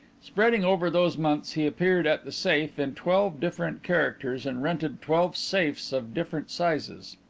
spreading over those months he appeared at the safe in twelve different characters and rented twelve safes of different sizes.